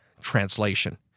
translation